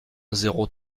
zéro